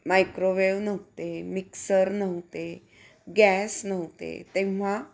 microwave नव्हते mixer नव्हते gas नव्हते तेव्हा